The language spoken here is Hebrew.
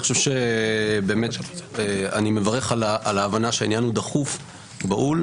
אני חושב שבאמת אני מברך על ההבנה שהעניין הוא דחוף בהול,